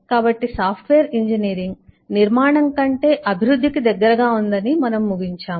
కాబట్టి software engineering నిర్మాణం కంటే అభివృద్ధికి దగ్గరగా ఉందని మనము ముగించాము